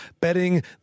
betting